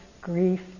grief